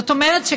זאת אומרת,